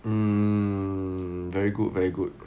mm very good very good